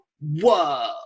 whoa